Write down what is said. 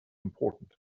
important